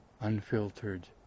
unfiltered